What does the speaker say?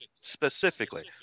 specifically